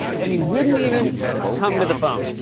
and he wouldn't even come to the phone.